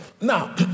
now